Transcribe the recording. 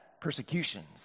persecutions